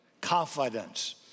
confidence